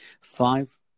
five